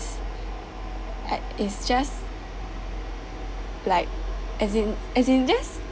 eh is just like as in as in just